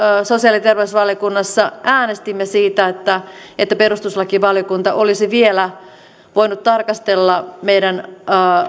sosiaali ja terveysvaliokunnassa äänestimme siitä että että perustuslakivaliokunta olisi vielä voinut tarkastella meidän